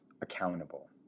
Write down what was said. accountable